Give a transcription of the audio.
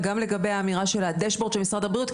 וגם לגבי האמירה של הדשבורד של משרד הבריאות,